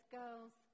girls